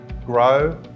grow